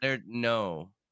No